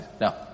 No